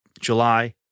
July